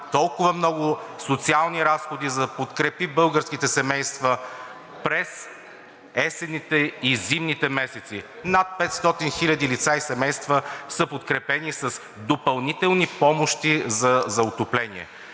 толкова много социални разходи, за да подкрепи българските семейства през есенните и зимните месеци. Над 500 хиляди лица и семейства са подкрепени с допълнителни помощи за отопление.